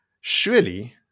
surely